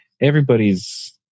everybody's